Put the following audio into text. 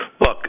Look